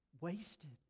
Wasted